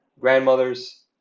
grandmothers